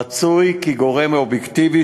רצוי כי גורם אובייקטיבי,